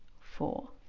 four